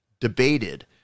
debated